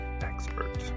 expert